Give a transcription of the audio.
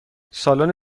سالن